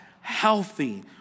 healthy